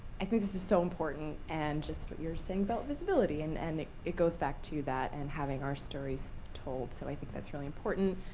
i think this is so important and just what you were saying about visibility. and and it goes back to that, and having our stories told. so i think that's really important.